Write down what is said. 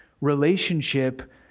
relationship